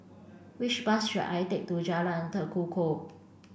which bus should I take to Jalan Tekukor